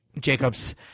Jacobs